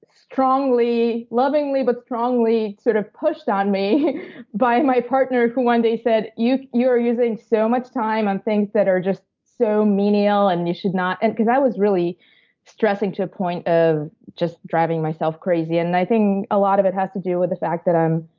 strongly lovingly, but strongly sort of pushed on me by my partner who, one day, said, you you are using so much time on things that are just so menial and you should not and because i was really stressing to a point of just driving myself crazy. and and i think a lot of it has to do with the fact that i've